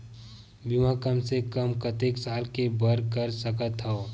बीमा कम से कम कतेक साल के बर कर सकत हव?